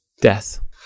death